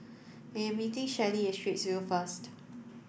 am meeting Shelli at Straits View first